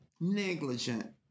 negligent